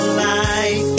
life